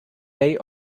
day